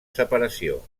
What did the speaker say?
separació